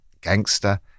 gangster